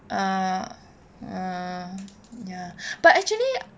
uh uh ya but actually